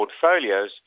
portfolios